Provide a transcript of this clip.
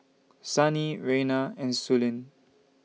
Sannie Reina and Suellen